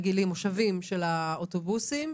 מושבים של האוטובוסים,